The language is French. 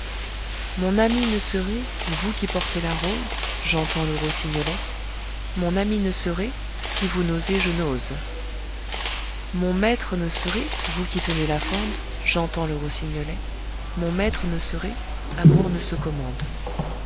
mon ami ne serez vous qui portez la rose j'entends le rossignolet mon ami ne serez si vous n'osez je n'ose mon maître ne serez vous qui tenez la fende j'entends le rossignolet mon maître ne serez amour ne se commande